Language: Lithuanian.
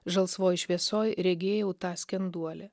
žalsvoj šviesoj regėjau tą skenduolį